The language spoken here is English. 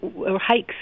hikes